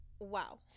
Wow